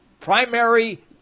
primary